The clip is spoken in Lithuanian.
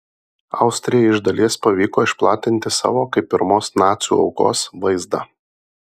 austrijai iš dalies pavyko išplatinti savo kaip pirmos nacių aukos vaizdą